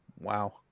Wow